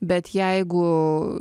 bet jeigu